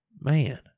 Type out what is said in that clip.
man